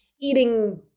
eating